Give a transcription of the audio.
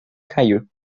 cair